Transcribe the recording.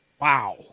wow